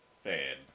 fan